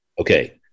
Okay